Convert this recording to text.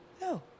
no